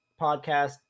podcast